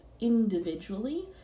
individually